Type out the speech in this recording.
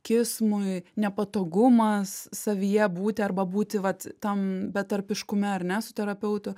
kismui nepatogumas savyje būti arba būti vat tam betarpiškume ar ne su terapeutu